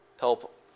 Help